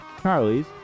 Charlie's